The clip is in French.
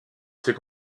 ses